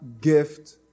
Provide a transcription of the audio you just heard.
gift